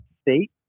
state